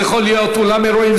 זה יכול להיות אולם אירועים,